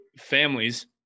families